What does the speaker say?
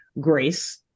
Grace